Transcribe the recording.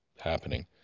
happening